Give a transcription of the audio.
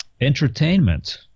entertainment